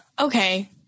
Okay